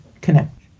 connect